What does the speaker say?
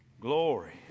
Glory